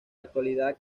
actualidad